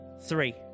three